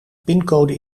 pincode